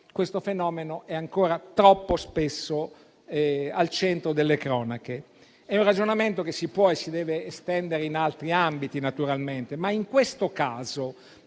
questo fenomeno è ancora troppo spesso al centro delle cronache. È un ragionamento che si può e si deve estendere in altri ambiti, naturalmente, ma nel caso